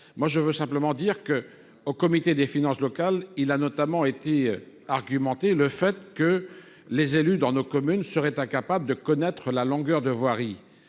moi je veux simplement dire que, au comité des finances locales, il a notamment été argumenter le fait que les élus dans nos communes seraient incapables de connaître la longueur de voirie,